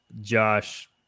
Josh –